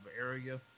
area